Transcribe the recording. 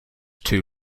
too